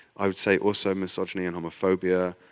i would say also misogyny and homophobia